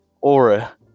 Aura